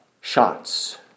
shots